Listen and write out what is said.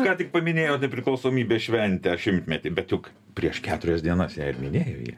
ką tik paminėjot nepriklausomybės šventę šimtmetį bet juk prieš keturias dienas ją ir minėjo jie